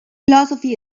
philosophy